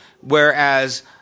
Whereas